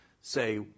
say